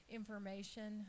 information